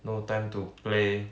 no time to play